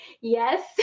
yes